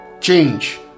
Change